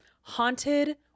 Haunted